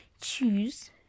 choose